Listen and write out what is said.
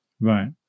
Right